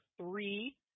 three